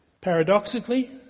Paradoxically